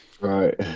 Right